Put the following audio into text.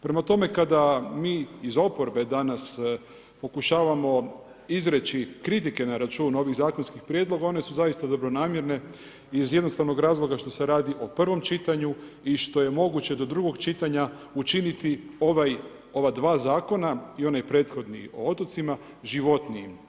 Prema tome, kada mi iz oporbe danas pokušavamo izreći kritike na račun ovih zakonskih prijedloga, one su zaista dobronamjerne iz jednostavnog razloga što se radi o prvom čitanju i što je moguće do drugog čitanja učiniti ova dva zakona i onaj prethodni o otocima, životnijim.